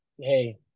hey